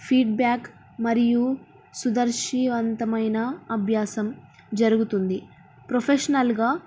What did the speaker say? feedback మరియు సుదర్శీవంతమైన అభ్యాసం జరుగుతుంది ప్రొఫెషనల్గా